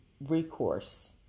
recourse